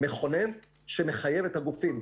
מכונן שמחייב את הגופים,